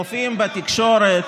מופיעים בתקשורת,